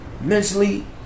mentally